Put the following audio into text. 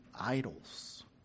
idols